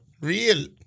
Real